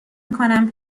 میکنم